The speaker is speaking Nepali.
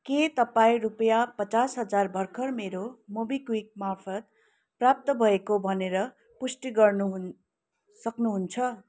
के तपाईँ रुपियाँ पचास हजार भर्खर मेरो मोबिक्विक मार्फत प्राप्त भएको भनेर पुष्टि गर्नु हुन् सक्नुहुन्छ